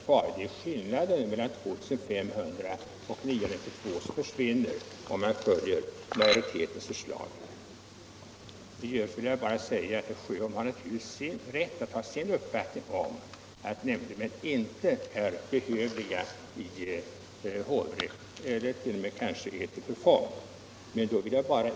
Det är alltså skillnaden mellan 2 500 och 992 som försvinner om man följer utskottsmajoritetens förslag. Herr Sjöholm har naturligtvis rätt att ha sin uppfattning om att nämndemän inte är behövliga i hovrätt eller kanske t.o.m. till förfång.